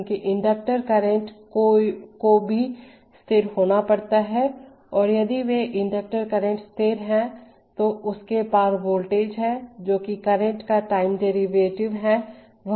क्योंकि inductor current को भी स्थिर होना पड़ता है और यदि वे इंडक्टर करंट स्थिर है तो इसके पार वोल्टेज है जो कि करंट का टाइम डेरीवेटिव हैवह भी 0 होगा